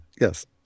Yes